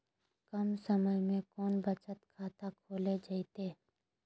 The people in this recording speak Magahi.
कम समय में कौन बचत खाता खोले जयते?